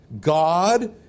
God